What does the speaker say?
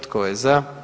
Tko je za?